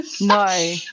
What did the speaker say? No